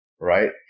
right